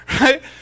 right